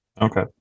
Okay